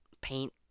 paint